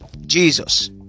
jesus